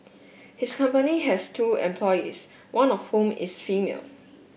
his company has two employees one of whom is female